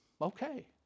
okay